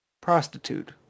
prostitute